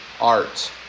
art